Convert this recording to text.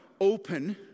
open